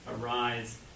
arise